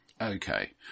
Okay